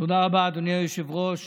תודה רבה, אדוני היושב-ראש.